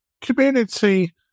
community